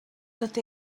tot